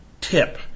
tip